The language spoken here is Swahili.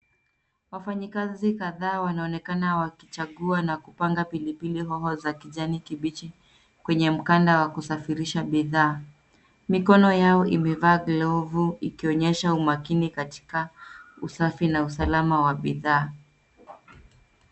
Wafanyikazi kadhaa wanaonekana wakichagua na kupanga pili pili hoho za kijani kibichi kwenye mganda wa kusafirisha bidhaa, mikono yao imevaa glovu ikionyesha umakini katika usafi na usalama wa bidhaa.